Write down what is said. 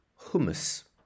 hummus